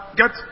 get